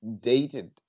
dated